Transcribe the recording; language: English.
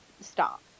stop